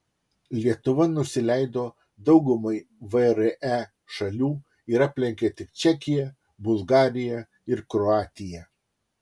lietuva nusileido daugumai vre šalių ir aplenkė tik čekiją bulgariją ir kroatiją